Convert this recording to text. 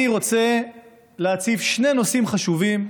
אני רוצה להציף שני נושאים חשובים,